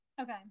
Okay